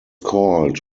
called